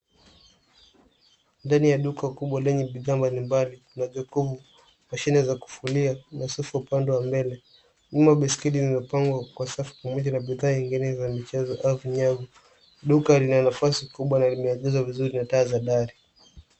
Ndani ya duka kubwa lenye bidhaa mbali mbali vya jokumu, mashine za kufulia na sofa upande wa mbele . Nyuma baiskeli iliyopangwa kwa usafi pamoja na bidhaa nyingine za mchezo au vinyavu . Duka lina nafasi kubwa na limejazwa vizuri na taa za dari.